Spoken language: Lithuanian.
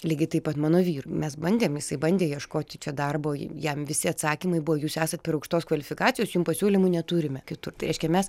lygiai taip pat mano vyrui mes bandėm jisai bandė ieškoti čia darbo jam visi atsakymai buvo jūs esat per aukštos kvalifikacijos jum pasiūlymų neturime kitur tai reiškia mes